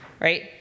right